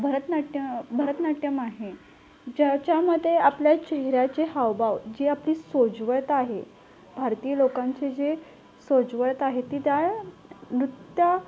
भरतनाट्य भरतनाट्यम आहे ज्याच्यामध्ये आपल्या चेहऱ्याचे हावभाव जी आपली सोज्वळता आहे भारतीय लोकांचे जे सोज्वळता आहे ती त्या नृत्या